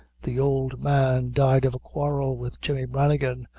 the old man died of a quarrel with jemmy branigan,